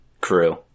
crew